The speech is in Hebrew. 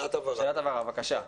ח"כ כסיף, בבקשה.